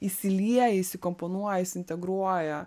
įsilieja įsikomponuoja įsiintegruoja